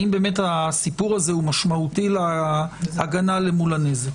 האם באמת הסיפור הזה משמעותי להגנה למול הנזק.